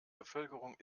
bevölkerung